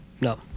no